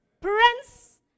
prince